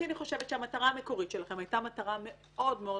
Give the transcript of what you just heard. המטרה המקורית שלכם הייתה מטרה מאוד מאוד